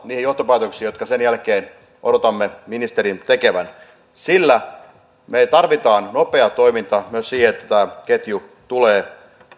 niihin johtopäätöksiin jotka sen jälkeen odotamme ministerin tekevän ovat kyllä arvoisa ministeri odotukset aika kovat sillä me tarvitsemme nopeaa toimintaa myös siihen että tämä ketju tulee